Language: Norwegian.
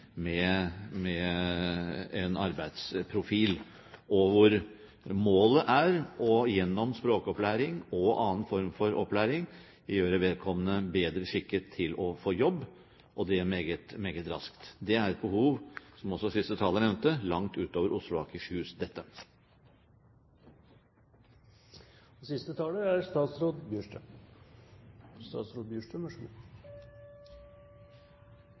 med en arbeidsprofil, hvor målet er gjennom språkopplæring og annen form for opplæring å gjøre vedkommende bedre skikket til å få jobb – og det meget raskt. Det er et behov, som også siste taler nevnte, langt utover Oslo og Akershus, for dette. Igjen takker jeg for en viktig debatt. Jeg kan forsikre om at denne regjeringen og undertegnede er